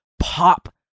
pop